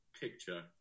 picture